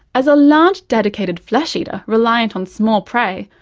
as a large dedicated flesh eater reliant on small prey,